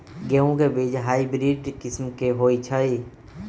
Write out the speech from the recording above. गेंहू के बीज हाइब्रिड किस्म के होई छई?